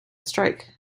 strike